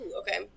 okay